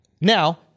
Now